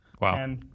Wow